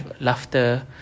laughter